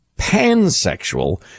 pansexual